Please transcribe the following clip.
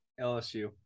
LSU